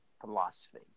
philosophy